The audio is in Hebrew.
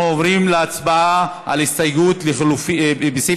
אנחנו עוברים להצבעה על הסתייגות בסעיף